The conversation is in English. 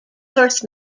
first